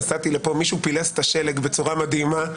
נסעתי לפה מישהו פילס את השלג בצורה מדהימה.